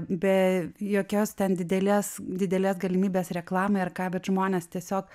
be jokios ten didelės didelės galimybės reklamai ar ką bet žmonės tiesiog